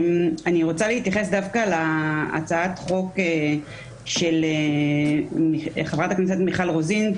אני רוצה להתייחס דווקא להצעת החוק של חברת הכנסת מיכל רוזין,